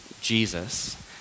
Jesus